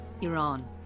Iran